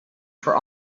for